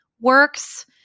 works